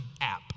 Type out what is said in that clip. app